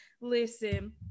listen